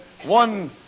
one